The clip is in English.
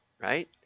right